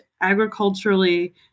agriculturally